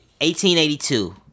1882